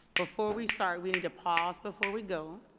before we start, we need to pause before we go.